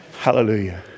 Hallelujah